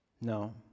No